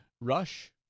Rush